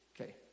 Okay